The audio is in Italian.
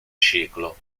ciclo